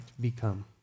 become